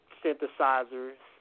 synthesizers